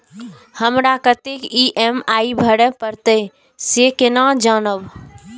हमरा कतेक ई.एम.आई भरें परतें से केना जानब?